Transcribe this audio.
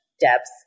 depth